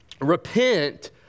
repent